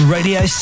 Radio